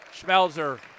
Schmelzer